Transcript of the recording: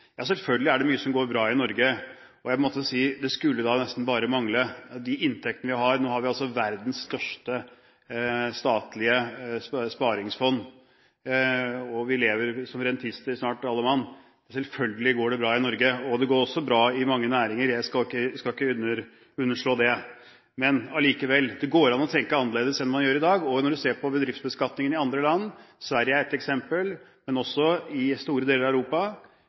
Selvfølgelig er det mye som går bra i Norge, og – jeg holdt på å si – det skulle nesten bare mangle med de inntektene vi har. Vi har altså verdens største statlige sparefond, og vi lever som rentenister snart, alle mann; selvfølgelig går det bra i Norge. Det går også bra i mange næringer, jeg skal ikke underslå det. Men allikevel: Det går an å tenke annerledes enn man gjør i dag, og når man ser på bedriftsbeskatningen i andre land – Sverige er ett eksempel, men også andre land i